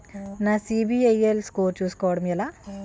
నా సిబిఐఎల్ స్కోర్ చుస్కోవడం ఎలా?